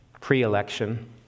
pre-election